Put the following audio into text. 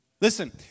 Listen